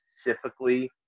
specifically